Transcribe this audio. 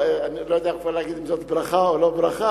אני לא יודע כבר להגיד אם זאת ברכה או לא ברכה.